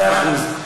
מאה אחוז.